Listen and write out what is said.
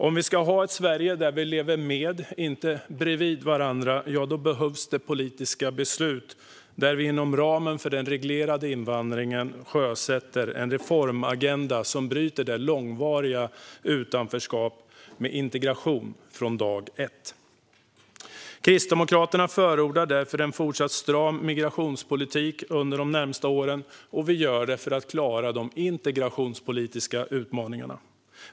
Om vi ska ha ett Sverige där vi lever med varandra och inte bredvid varandra behövs det politiska beslut där vi inom ramen för den reglerade invandringen sjösätter en reformagenda som bryter ett långvarigt utanförskap, med integration från dag ett. Kristdemokraterna förordar därför en fortsatt stram migrationspolitik under de närmaste åren, och vi gör det för att klara de integrationspolitiska utmaningarna.